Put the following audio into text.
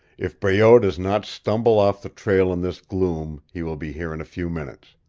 if breault does not stumble off the trail in this gloom he will be here in a few minutes.